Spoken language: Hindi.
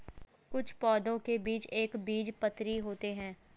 कुछ पौधों के बीज एक बीजपत्री होते है